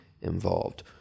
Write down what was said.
involved